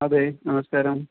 അതേ നമസ്കാരം